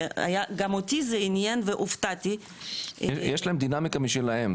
גם אותי זה עניין והופתעתי --- יש להם דינמיקה משלהם,